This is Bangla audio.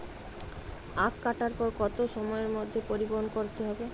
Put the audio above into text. আখ কাটার পর কত সময়ের মধ্যে পরিবহন করতে হবে?